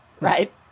right